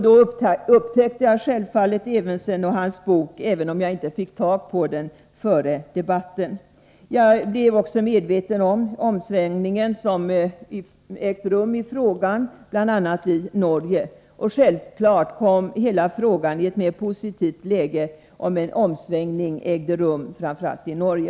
Då upptäckte jag självfallet Evensen och hans bok, även om jag inte fick tag på boken före debatten. Jag blev också medveten om den omsvängning som ägt rum i frågan, bl.a. i Norge. Självfallet kom hela frågan i ett mer positivt läge, då en omsvängning ägde rum, framför allt i Norge.